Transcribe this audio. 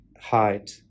height